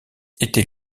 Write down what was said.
était